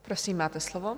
Prosím, máte slovo.